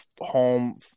home